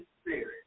spirit